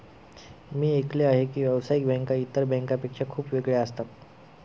मी ऐकले आहे की व्यावसायिक बँका इतर बँकांपेक्षा खूप वेगळ्या असतात